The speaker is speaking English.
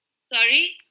sorry